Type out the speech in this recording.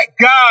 God